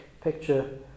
picture